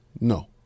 No